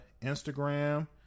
Instagram